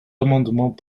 amendements